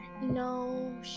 No